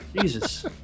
Jesus